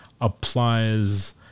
applies